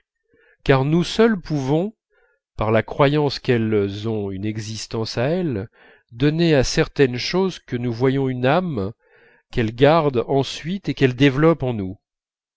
car nous seuls pouvons par la croyance qu'elles ont une existence à elles donner à certaines choses que nous voyons une âme qu'elles gardent ensuite et qu'elles développent en nous